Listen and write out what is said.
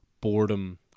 boredom